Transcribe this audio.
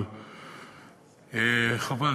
אבל חבל,